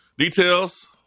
Details